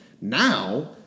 Now